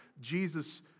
Jesus